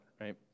right